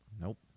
nope